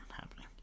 happening